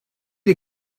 est